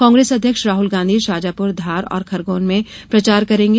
कांग्रेस अध्यक्ष राहुल गांधी शाजापुर धार और खरगौन में प्रचार करेंगे